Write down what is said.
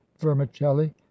vermicelli